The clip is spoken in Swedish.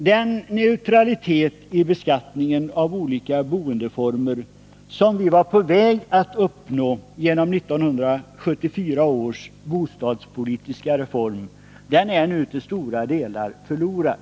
Den neutralitet i beskattningen av olika boendeformer som vi var på väg Nr 51 att uppnå genom 1974 års bostadspolitiska reform är nu till stora delar Tisdagen den förlorad.